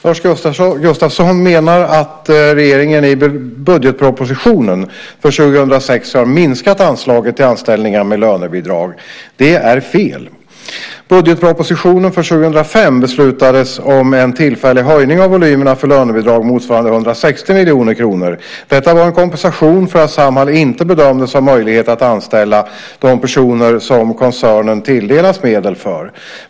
Lars Gustafsson menar att regeringen i budgetpropositionen för 2006 har minskat anslaget till anställningar med lönebidrag. Det är fel. I budgetpropositionen för 2005 beslutades om en tillfällig höjning av volymerna i lönebidrag motsvarande 160 miljoner kronor. Detta var en kompensation för att Samhall inte bedömdes ha möjlighet att anställa de personer som koncernen tilldelats medel för.